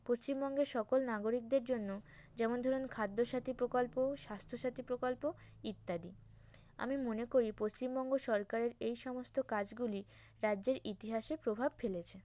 পশ্চিমবঙ্গের সকল নাগরিকদের জন্য যেমন ধরুন খাদ্যসাথী প্রকল্প স্বাস্থ্যসাথী প্রকল্প ইত্যাদি আমি মনে করি পশ্চিমবঙ্গ সরকারের এই সমস্ত কাজগুলি রাজ্যের ইতিহাসে প্রভাব ফেলেছে